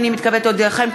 הנני מתכבדת להודיעכם,